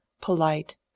polite